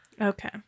Okay